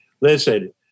listen